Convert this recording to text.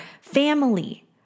family